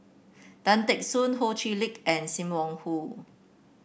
Tan Teck Soon Ho Chee Lick and Sim Wong Hoo